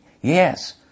Yes